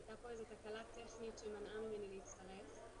הייתה פה איזו תקלה טכנית שמנעה ממני להצטרף.